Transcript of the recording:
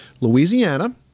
Louisiana